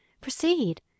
proceed